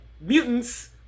mutants